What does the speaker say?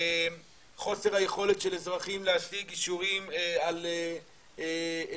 חוסר היכולת של אזרחים להשיג אישורים על היעדר